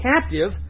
captive